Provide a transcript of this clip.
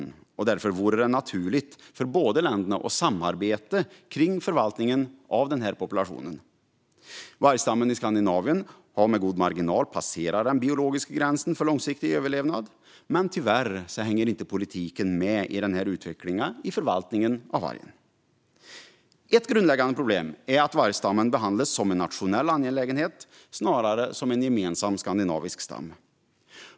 Det vore därför naturligt för de båda länderna att samarbeta om förvaltningen av denna population. Vargstammen i Skandinavien har med god marginal passerat den biologiska gränsen för långsiktig överlevnad. Tyvärr hänger inte politiken med i utvecklingen när det gäller förvaltningen av vargen. Ett grundläggande problem är att vargstammen behandlas som en nationell angelägenhet snarare än som en gemensam skandinavisk stam.